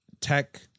tech